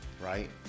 right